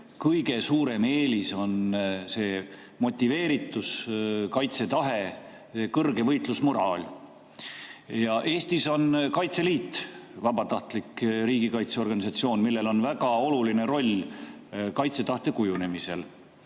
kõige suurem eelis on motiveeritus, kaitsetahe, kõrge võitlusmoraal. Eestis on Kaitseliit vabatahtlik riigikaitseorganisatsioon, millel on väga oluline roll kaitsetahte kujunemisel.